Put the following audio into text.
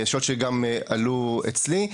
שאלות שגם עלו אצלי.